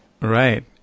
Right